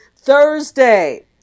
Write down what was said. Thursday